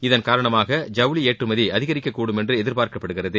இதன் காரணமாக ஜவுளி ஏற்றுமதி அதிகரிக்கக்கூடும் என்று எதிர்பார்க்கப்படுகிறது